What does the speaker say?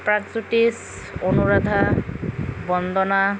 Pragjyotish Anuradha Bandana